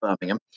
Birmingham